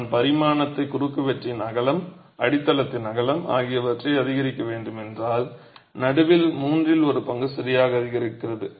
நான் பரிமாணத்தை குறுக்குவெட்டின் அகலம் அடித்தளத்தின் அகலம் ஆகியவற்றை அதிகரிக்க வேண்டும் என்றால் நடுவில் மூன்றில் ஒரு பங்கு சரியாக அதிகரிக்கிறது